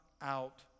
out